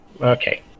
Okay